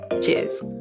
Cheers